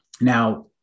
Now